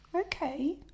Okay